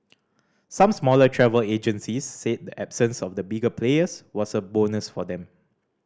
some smaller travel agencies said the absence of the bigger players was a bonus for them